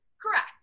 Correct